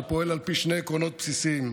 שפועל על פי שני עקרונות בסיסיים: